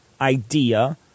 idea